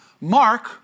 Mark